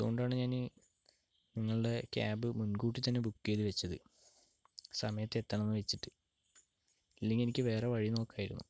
അതുകൊണ്ടാണ് ഞാൻ നിങ്ങളുടെ ക്യാബ് മുൻകൂട്ടിത്തന്നെ ബുക്ക് ചെയ്തു വെച്ചത് സമയത്തെത്തണമെന്ന് വെച്ചിട്ട് ഇല്ലെങ്കിലെനിക്ക് വേറെ വഴി നോക്കാമായിരുന്നു